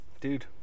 dude